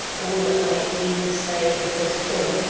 all that i need to say at this point.